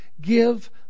give